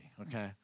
okay